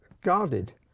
guarded